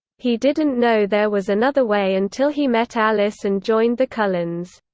he didn't know there was another way until he met alice and joined the cullens.